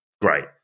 Great